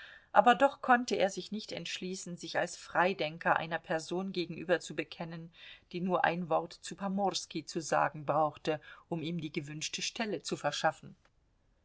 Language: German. aber doch konnte er sich nicht entschließen sich als freidenker einer person gegenüber zu bekennen die nur ein wort zu pomorski zu sagen brauchte um ihm die gewünschte stelle zu verschaffen